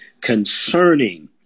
concerning